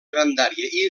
grandària